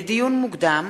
לדיון מוקדם: